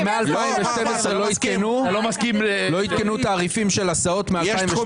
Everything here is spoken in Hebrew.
מ-2012 לא עדכנו את התעריפים של ההסעות?